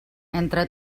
entre